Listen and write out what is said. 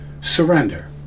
Surrender